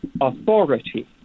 authority